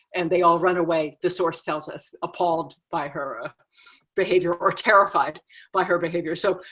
and they all run away the source tells us, appalled by her behavior or terrified by her behavior. so,